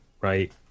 right